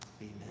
Amen